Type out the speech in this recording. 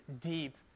deep